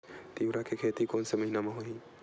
तीवरा के खेती कोन से महिना म होही?